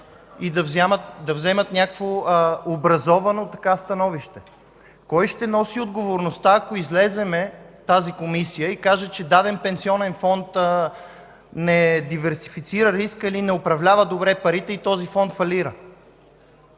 и да вземат някакво образовано становище? Кой ще носи отговорността, ако излезе тази Комисия и каже, че даден пенсионен фонд не диверсифицира риска или не управлява добре парите и този фонд фалира?